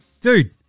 dude